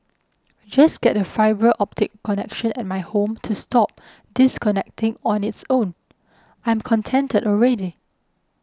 just get the fibre optic connection at my home to stop disconnecting on its own I'm contented already